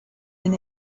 been